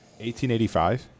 1885